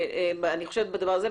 אני חושבת בדבר הזה,